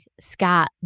Scott